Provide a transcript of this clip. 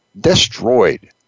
destroyed